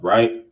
Right